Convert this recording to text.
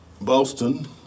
Boston